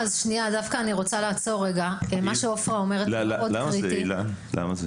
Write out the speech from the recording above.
אילן, למה?